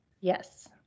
yes